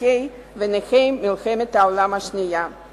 מוותיקי מלחמת העולם השנייה ונכי המלחמה,